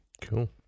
Cool